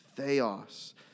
theos